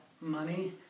money